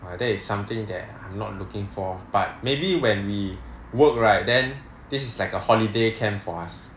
that is something that I'm not looking for but maybe when we work right then this is like a holiday camp for us